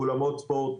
אולמות ספורט,